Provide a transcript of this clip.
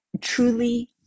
Truly